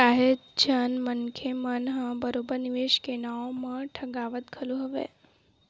काहेच झन मनखे मन ह बरोबर निवेस के नाव म ठगावत घलो हवय